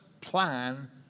plan